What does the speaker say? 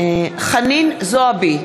חנין זועבי,